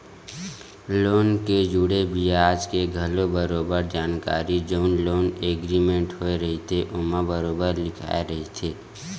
loan ले जुड़े बियाज के घलो बरोबर जानकारी जउन लोन एग्रीमेंट होय रहिथे ओमा बरोबर लिखाए रहिथे